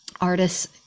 artists